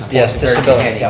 yes, disability. and yeah